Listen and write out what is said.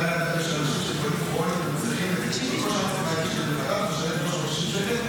לגבי הקנביס צריך פעם אחת לעשות חשיבה אם צריך את הרישיון כל שנה.